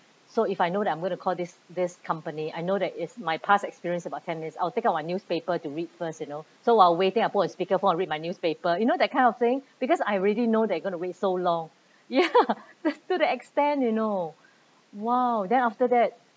so if I know that I'm going to call this this company I know that it's my past experience it's about ten minutes I'll take out my newspaper to read first you know so while waiting I put on speakerphone I read my newspaper you know that kind of thing because I already know that they are going to wait so long ya that's to the extent you know !wow! then after that